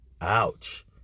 Ouch